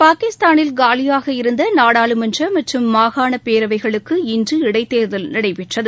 பாகிஸ்தானில் காலியாக இருந்த நாடாளுமன்ற மற்றும் மாகாண பேரவைகளுக்கு இன்று இடைத்தேர்தல் நடைபெற்றது